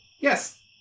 Yes